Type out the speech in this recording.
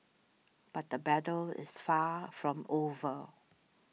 but the battle is far from over